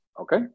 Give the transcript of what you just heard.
Okay